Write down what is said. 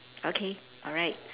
okay alright